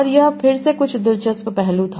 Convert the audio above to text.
और यह फिर से कुछ दिलचस्प पहलू था